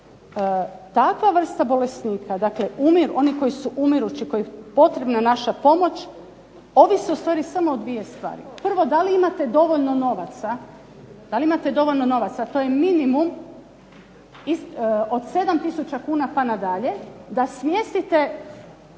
Takva vrsta bolesnika, dakle oni koji su umirući, koji potrebna naša pomoć ovisi ustvari samo o dvije stvari. Prvo da li imate dovoljno novaca, to je minimum od 7 tisuća kuna pa nadalje da smjestite